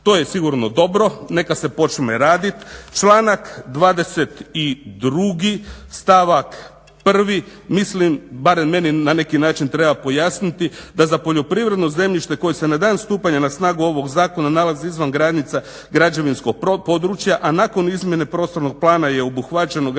To je sigurno dobro, neka se počne raditi. Članak 22. stavak 1. mislim, barem meni na neki način treba pojasniti, da za poljoprivredno zemljište koje se na dan stupanja na snagu ovog zakona nalazi izvan granica građevinskog područja, a nakon izmijene prostornog plana je obuhvaćeno granicama građevinskog područja,